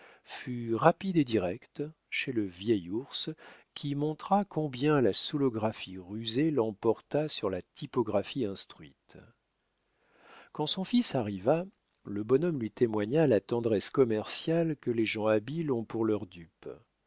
fut rapide et directe chez le vieil ours qui montra combien la soûlographie rusée l'emportait sur la typographie instruite quand son fils arriva le bonhomme lui témoigna la tendresse commerciale que les gens habiles ont pour leurs dupes